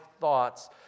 thoughts